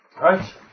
Right